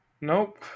nope